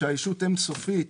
כשהישות אין סופית